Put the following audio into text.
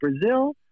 Brazil